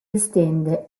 estende